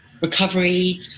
recovery